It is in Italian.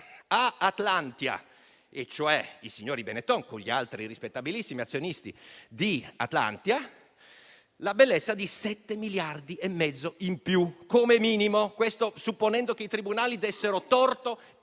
ad Atlantia, ossia i signori Benetton con gli altri rispettabilissimi azionisti di Atlantia, la bellezza di 7,5 miliardi in più, come minimo. Questo supponendo che i tribunali diano torto